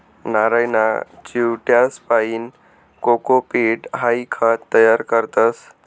नारयना चिवट्यासपाईन कोकोपीट हाई खत तयार करतस